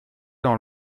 dans